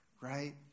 right